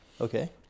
Okay